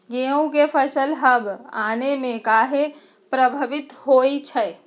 गेंहू के फसल हव आने से काहे पभवित होई छई?